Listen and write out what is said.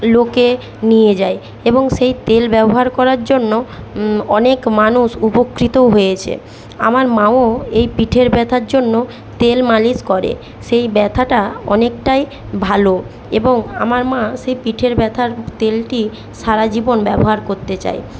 লোকে নিয়ে যায় এবং সেই তেল ব্যবহার করার জন্য অনেক মানুষ উপকৃতও হয়েছে আমার মাও এই পিঠের ব্যথার জন্য তেল মালিশ করে সেই ব্যথাটা অনেকটাই ভালো এবং আমার মা সেই পিঠের ব্যথার তেলটি সারাজীবন ব্যবহার করতে চায়